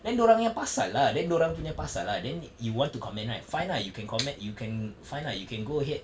then dia orang punya pasal lah then dia orang punya pasal lah then you want to comment right fine lah you can comment you can fine lah you can go ahead